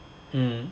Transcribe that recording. mm